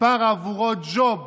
נתפר עבורו ג'וב